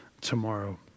tomorrow